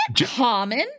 common